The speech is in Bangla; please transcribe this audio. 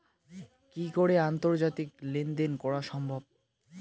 কি করে আন্তর্জাতিক লেনদেন করা সম্ভব?